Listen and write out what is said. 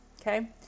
okay